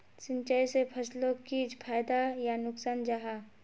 सिंचाई से फसलोक की फायदा या नुकसान जाहा?